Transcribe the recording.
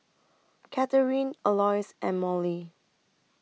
Katharyn Alois and Mallie